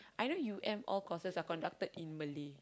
I know U_M all courses are conducted in Malay